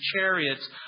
chariots